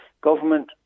government